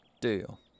Deal